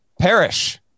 perish